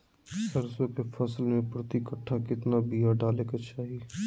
सरसों के फसल में प्रति कट्ठा कितना बिया डाले के चाही?